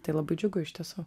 tai labai džiugu iš tiesų